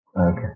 Okay